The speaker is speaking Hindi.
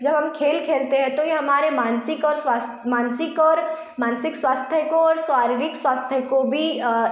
जब हम खेल खेलते है तो यह हमारे मानसिक और स्वास मानसिक और मानसिक स्वास्थ्य को और शारीरिक स्वास्थ्य को भी